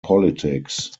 politics